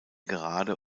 gerade